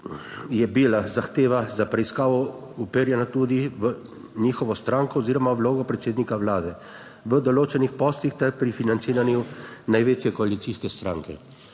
je bila zahteva za preiskavo uperjena tudi v njihovo stranko oziroma v vlogo predsednika vlade v določenih poslih ter pri financiranju največje koalicijske stranke.